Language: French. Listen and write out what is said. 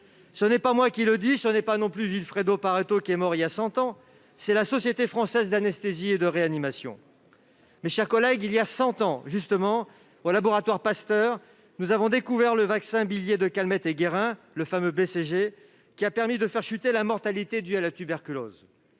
Ce n'est pas moi qui le dis, ce n'est pas non plus Vilfredo Pareto, qui est mort il y a cent ans, c'est la Société française d'anesthésie et de réanimation. Mes chers collègues, il y a justement cent ans, au laboratoire Pasteur a été découvert le vaccin bilié de Calmette et Guérin, le fameux BCG, qui a permis de faire chuter la mortalité due à la tuberculose.